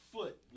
Foot